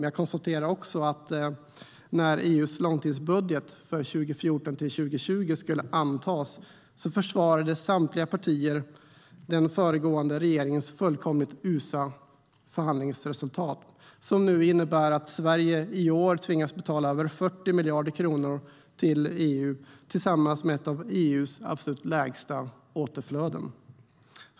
Jag konstaterar också att när EU:s långtidsbudget för 2014-2020 skulle antas försvarade samtliga partier den föregående regeringens fullkomligt usla förhandlingsresultat, som innebär att Sverige i år tvingas betala över 40 miljarder kronor till EU tillsammans med ett av EU:s absolut lägsta återflöden.